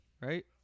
right